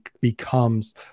becomes